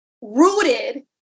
rooted